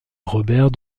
robert